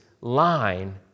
line